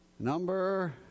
Number